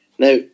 Now